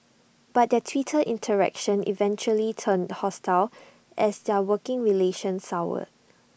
but their Twitter interactions eventually turned hostile as their working relation soured